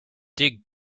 dig